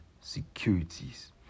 securities